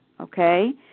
okay